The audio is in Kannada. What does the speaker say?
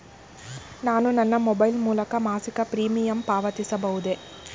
ನಾನು ನನ್ನ ಮೊಬೈಲ್ ಮೂಲಕ ಮಾಸಿಕ ಪ್ರೀಮಿಯಂ ಪಾವತಿಸಬಹುದೇ?